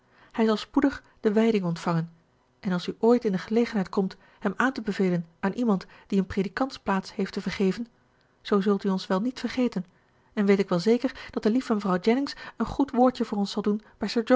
hij zal spoedig de wijding ontvangen en als u ooit in de gelegenheid komt hem aan te bevelen aan iemand die een predikantsplaats heeft te vergeven zoo zult u ons wel niet vergeten en weet ik wel zeker dat de lieve mevrouw jennings een goed woordje voor ons zal doen